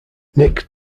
nick